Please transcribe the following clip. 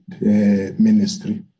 ministry